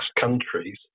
countries